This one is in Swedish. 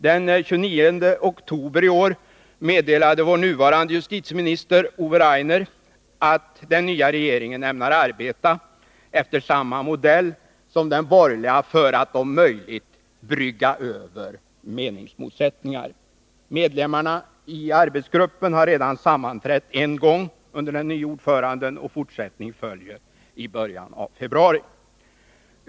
Den 29 oktober i år meddelade vår nuvarande justitieminister Ove Rainer att den nya regeringen ämnar arbeta efter samma modell som den borgerliga för att om möjligt brygga över meningsmotsättningar. Medlemmarna i arbetsgruppen har redan sammanträtt en gång under den nye ordföranden, och fortsättning följer i början av februari.